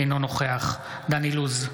אינו נוכח דן אילוז,